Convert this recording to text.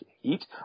heat